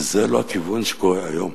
וזה לא הכיוון שקורה היום.